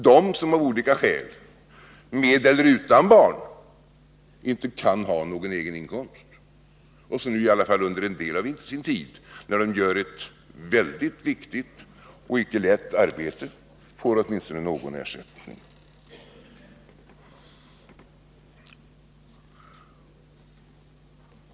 Det gäller dem som, med eller utan barn, av olika skäl inte kan ha någon egen inkomst och som nu i alla fall under en del av sin tid när de gör ett mycket viktigt och icke lätt arbete får åtminstone någon ersättning.